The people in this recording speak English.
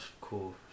cool